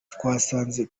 twasanze